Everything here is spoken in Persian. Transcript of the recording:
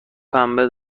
پنبه